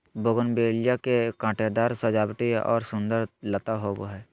bougainvillea के कांटेदार सजावटी और सुंदर लता होबा हइ